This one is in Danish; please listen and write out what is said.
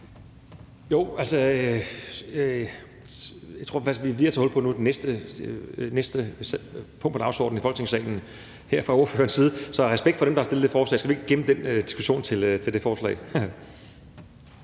ordførerens side her lige har taget hul på det næste punkt på dagsordenen i Folketingssalen. Af respekt for dem, der har fremsat det forslag, skal vi så ikke gemme den diskussion til det forslag?